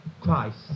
Christ